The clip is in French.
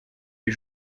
les